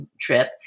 trip